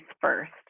first